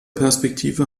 perspektive